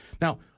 Now